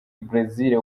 bresil